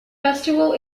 festival